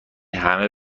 همه